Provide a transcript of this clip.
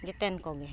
ᱡᱚᱛᱚ ᱠᱚᱜᱮ